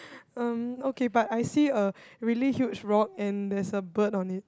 um okay but I see a really huge rock and there's a bird on it